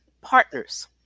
partners